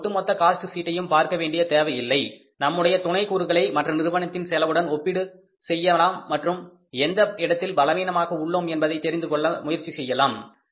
நாம் ஒட்டுமொத்த காஸ்ட் சீட்டையும் பார்க்க வேண்டிய தேவையில்லை நம்முடைய துணை கூறுகளை மற்ற நிறுவனத்தின் செலவுடன் ஒப்பீடு செய்யலாம் மற்றும் எந்த இடத்தில் பலவீனமாக உள்ளோம் என்பதை தெரிந்து கொள்ள முயற்சி செய்யலாம்